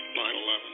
9-11